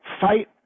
fight